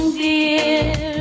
dear